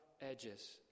edges